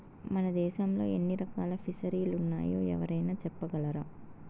మన దేశంలో ఎన్ని రకాల ఫిసరీలున్నాయో ఎవరైనా చెప్పగలరా